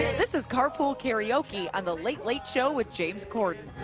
this is carpool karaoke on the late late show with james cordon.